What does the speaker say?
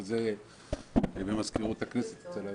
אבל זה במזכירות הכנסת אצל היושב-ראש,